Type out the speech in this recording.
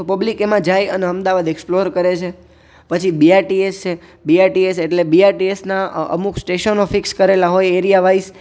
તો પબ્લિક એમાં જાય અને અમદાવાદ એક્સપલોર કરે છે પછી બીઆરટીએસ છે બીઆરટીએસ એટલે બીઆરટીએસ ના અમૂક સ્ટેશનો ફિક્સ કરેલા હોય એરિયા વાઈઝ